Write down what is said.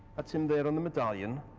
that's him there on the medaiiion,